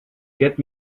get